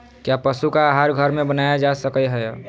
क्या पशु का आहार घर में बनाया जा सकय हैय?